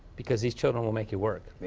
because these children will make you work.